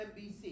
NBC